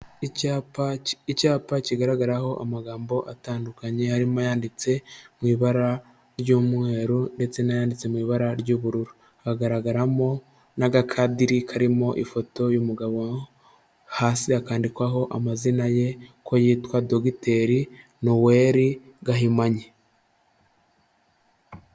Icyapa kigaragaraho amagambo atandukanye, harimo ayanditse mu ibara ry'umweru ndetse n'ayanditse mu ibara ry'ubururu, hagaragaramo n'agakadiri , karimo ifoto y'umugabo, hasi kanditsweho amazina ye ko yitwa Dogiteri Noel Gahimanyi.